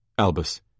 Albus